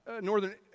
northern